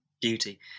beauty